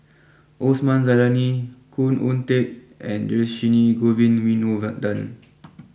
Osman Zailani Khoo Oon Teik and Dhershini Govin Winodan